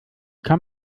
kann